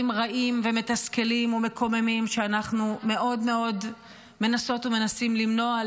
רעים ומתסכלים ומקוממים שאנחנו מאוד מאוד מנסות ומנסים למנוע,